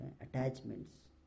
attachments